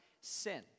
sin